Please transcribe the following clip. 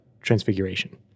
transfiguration